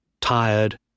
tired